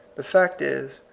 the fact is,